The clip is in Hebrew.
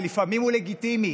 ולפעמים הוא לגיטימי